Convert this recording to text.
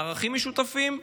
לערכים משותפים.